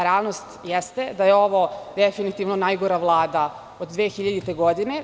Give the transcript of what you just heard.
Realnost jeste da je ovo definitivno najgora Vlada od 2000. godine.